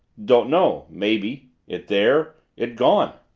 don't know maybe. it there! it gone!